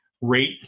rate